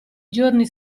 giorni